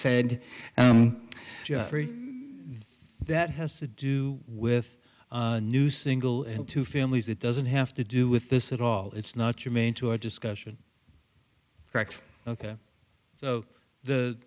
said that has to do with new single and two families it doesn't have to do with this at all it's not your main to our discussion correct ok so the